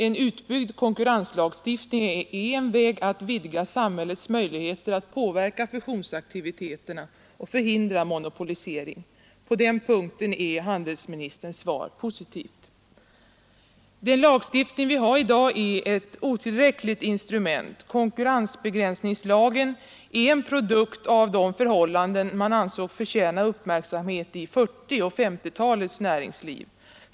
En utbyggd konkurrenslagstiftning är en väg att vidga samhällets möjligheter att påverka fusionsaktiviteterna och förhindra monopolisering. På den punkten är handelsministerns svar positivt. Den lagstiftning vi har i dag är ett otillräckligt instrument. Konkurrensbegränsningslagen är en produkt av de förhållanden man ansåg förtjäna uppmärksamhet i 1940 och 1950-talens näringsliv.